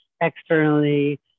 externally